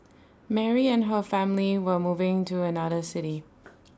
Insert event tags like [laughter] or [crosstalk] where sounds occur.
Mary and her family were moving to another city [noise]